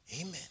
Amen